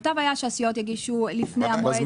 מוטב היה שהסיעות יגישו לפני המועד.